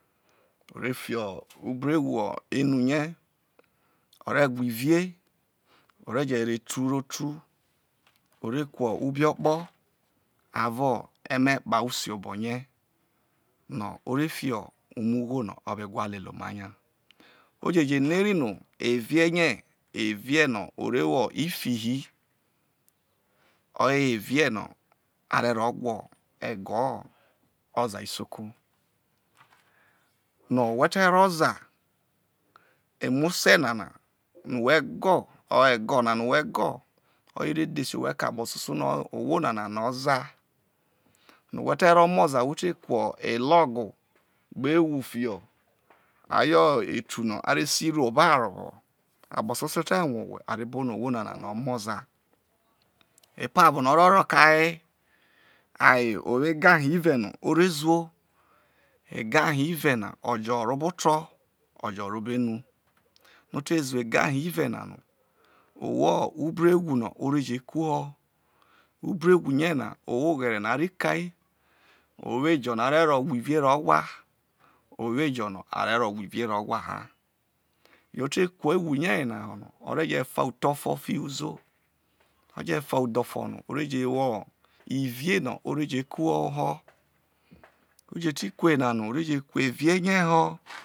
O re fi ubra-ewu ho chru rie o re wha ivie o re je ro etu tu o re kru ubrokpo abo eme kpa usiobo rieno o re fi ughol no o wha lele oma nya o ji je no ereno evie rie evie no ire wo ifi hi oye ho evre no are ro gwa ego ocae isoko no whe te roozae emo ose nana no whe go ego na no whe oye re dhese owhe ke akpososono ohio nana yo ozae no whe te ro omozae whete ku alog gbe ewu fiho hayo etu no a re si ruō ovao akpo soso te rue owhe are bo no ohwo nana yo omozae epovo na oro ke aye, aye o wo egein ho ive no o re zuo eganho ive na no owo ubro-ewu no o reje kuho. Ubro-ewu rie na o wo oghere o are ko ei o wo ejo no are ro owaivie ro wha o wo ejo no a rero acha ivie ro wha ha o te ku ewu rie na ho no o re je fa uthofo fiho uzou o jefa thufo noo re je wo ivie no are je kuho oho oje ti ku eyena ho no o ve je ku eve rie ho.